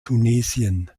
tunesien